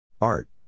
Art